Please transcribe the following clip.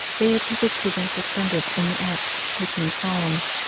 they had hitherto been suspended in the apse between columns,